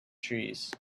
trees